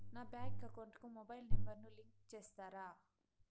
నా bank account కు mobile number ను లింకు చేస్తారా?